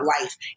life